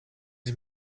sie